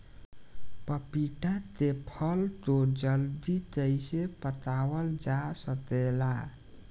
पपिता के फल को जल्दी कइसे पकावल जा सकेला?